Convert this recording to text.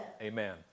Amen